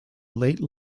late